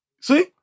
See